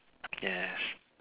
yes